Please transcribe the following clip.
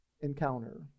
Encounter